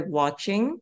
watching